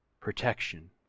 protection